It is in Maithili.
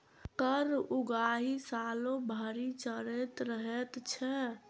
कर उगाही सालो भरि चलैत रहैत छै